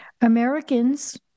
Americans